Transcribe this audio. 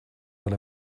will